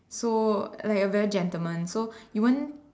so like a very gentleman so you won't